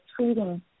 treating